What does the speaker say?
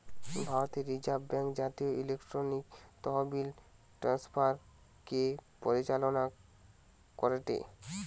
ভারতের reserve bank জাতীয় electronic তহবিল ট্রান্সফার কে পরিচালনা করেটে